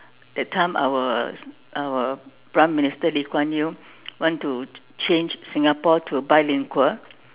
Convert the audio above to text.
that time our our prime minister Lee-Kuan-Yew want to change Singapore to a bilingual